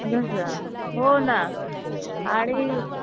अगं सा हो ना आणि